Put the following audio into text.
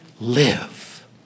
live